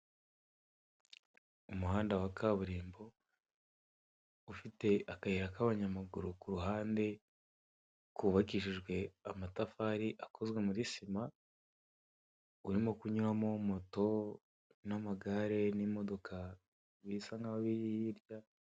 Umuhanda wa kaburimbo ufite akayira k' abanyamaguru kuruhande, kubakishijwe amatafari akozwe muri sima ,urimo kunyuramo moto n' amagare n' imodoka bisa nkaho biri hirya...